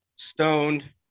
stoned